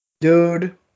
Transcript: Dude